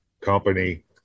company